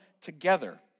together